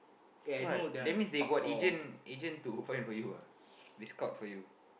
what that means they got agent agent to find for you ah they scout for you